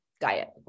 diet